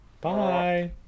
Bye